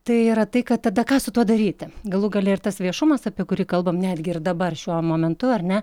tai yra tai kad tada ką su tuo daryti galų gale ir tas viešumas apie kurį kalbam netgi ir dabar šiuo momentu ar ne